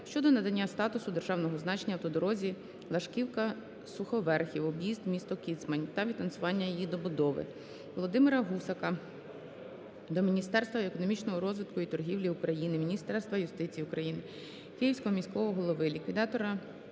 щодо надання статусу державного значення автодорозі "Лашківка-Суховерхів" (об'їзд міста Кіцмань) та фінансування її добудови. Володимира Гусака до Міністерства економічного розвитку і торгівлі України, Міністерства юстиції України, Київського міського голови, ліквідатора